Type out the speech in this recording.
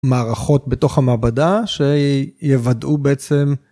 מערכות בתוך המעבדה שיוודאו בעצם